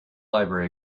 library